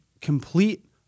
complete